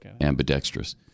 ambidextrous